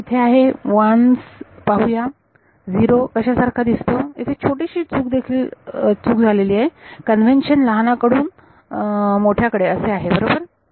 तरी इथे आहे 1's पाहूया 0 कशा सारखा दिसतो इथे छोटीशी चूक देखील झालेली आहे कन्व्हेन्शन लहानापासून मोठ्या कडे असे आहे बरोबर